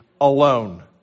alone